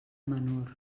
menor